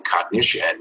cognition